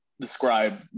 describe